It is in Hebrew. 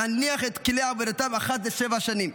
להניח את כלי עבודתם אחת לשבע שנים,